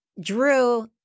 Drew